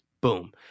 Boom